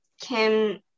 Kim